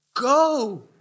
Go